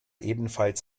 ebenfalls